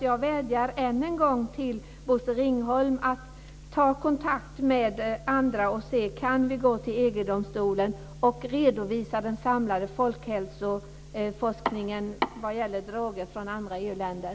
Jag vädjar än en gång till Bosse Ringholm att ta kontakt med andra och se om vi kan gå till EG domstolen och redovisa den samlade folkhälsoforskningen om droger från andra EU-länder.